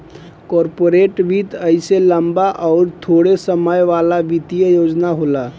corporate वित्त अइसे लम्बा अउर थोड़े समय वाला वित्तीय योजना होला